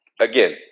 again